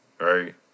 Right